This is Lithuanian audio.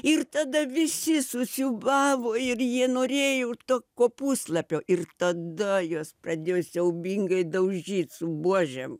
ir tada visi susiūbavo ir jie norėjo to kopūstlapio ir tada juos pradėjo siaubingai daužyt su buožėm